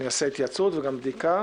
אעשה התייעצות וגם בדיקה